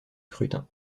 scrutin